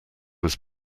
was